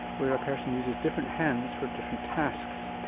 where a person uses different hands for different tasks.